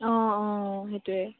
অঁ অঁ সেইটোৱে